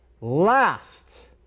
last